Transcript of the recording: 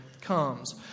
comes